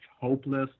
hopeless